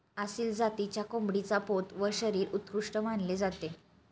आसिल जातीच्या कोंबडीचा पोत व शरीर उत्कृष्ट मानले जाते